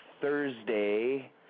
Thursday